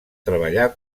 treballar